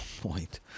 point